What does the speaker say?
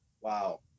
wow